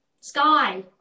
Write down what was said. Sky